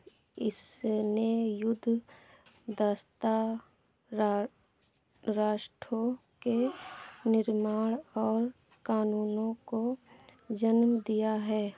इसने युद्ध दासता रा राष्ट्रों के निर्माण और कानूनों को जन्म दिया है